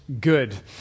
Good